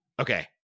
okay